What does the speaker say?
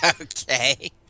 Okay